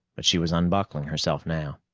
but she was unbuckling herself now.